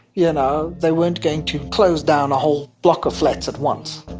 you know they weren't going to close down a whole block of flats at once.